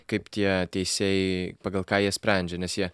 kaip tie teisėjai pagal ką jie sprendžia nes jie